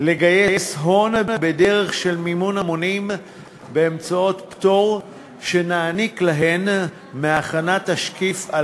לגייס הון בדרך של מימון המונים באמצעות פטור שנעניק להן מהכנת תשקיף,